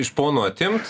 iš pono atimt